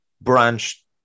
branch